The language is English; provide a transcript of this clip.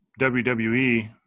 WWE